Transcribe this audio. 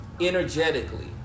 energetically